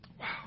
Wow